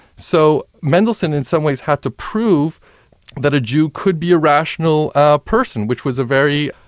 so, mendelssohn in some ways had to prove that a jew could be a rational ah person, which was a very.